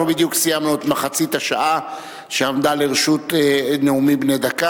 אנחנו בדיוק סיימנו את מחצית השעה שעמדה לרשות נאומים בני דקה.